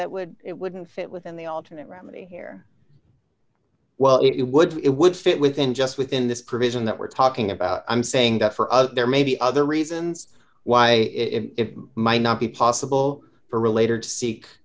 that would it wouldn't fit within the alternate remedy here well it would it would fit within just within this provision that we're talking about i'm saying that for us there may be other reasons why it might not be possible for relat